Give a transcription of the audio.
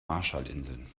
marshallinseln